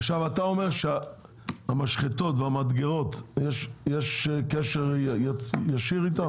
אתה אומר שהמשחטות והמדגרות, יש קשר ישיר איתן?